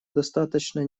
достаточно